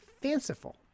fanciful